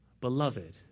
beloved